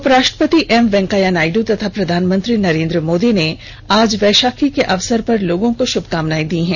उपराष्ट्रपति एम वेंकैया नायडू और प्रधानमंत्री नरेन्द्र मोदी ने आज बैशाखी के अवसर पर लोगों को श्मकामना दी हैं